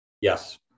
Yes